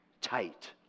Tight